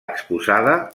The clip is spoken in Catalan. exposada